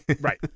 Right